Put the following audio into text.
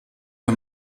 der